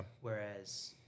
Whereas